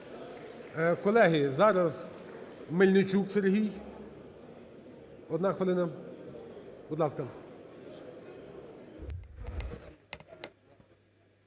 Колеги, зараз Мельничук Сергій, одна хвилина. Будь ласка.